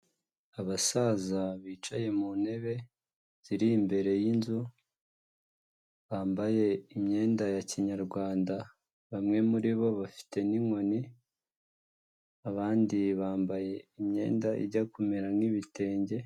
Abasaza bicaye mu ntebe ziri imbere y'inzu, bambaye imyenda ya kinyarwanda, bamwe muri bo bafite n'inkoni, abandi bambaye imyenda ijya kumera nk'ibitenge.